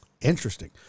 Interesting